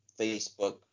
Facebook